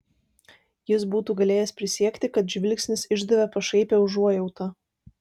jis būtų galėjęs prisiekti kad žvilgsnis išdavė pašaipią užuojautą